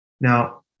Now